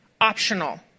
optional